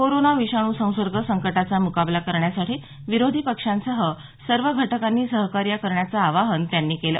corona विषाणू संसर्ग संकटाचा मुकाबला करण्यासाठी विरोधी पक्षांसह सर्व घटकांनी सहकार्य करण्याचं आवाहन त्यांनी केलं